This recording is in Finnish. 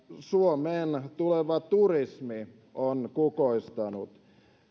suomeen tuleva turismi on kukoistanut